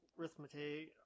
arithmetic